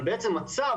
אבל בעצם הצו,